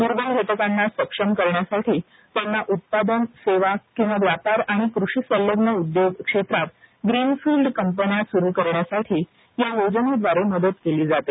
दुर्बल घटकांना सक्षम करण्यासाठी त्यांना उत्पादन सेवा किंवा व्यापार आणि कृषी संलग्न उद्योग क्षेत्रात ग्रीन फिल्ड कंपन्या सुरु करण्यासाठी या योजनेद्वारे मदत केली जाते